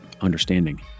understanding